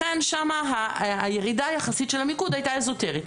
לכן שם הירידה יחסית של המיקוד הייתה אזוטרית.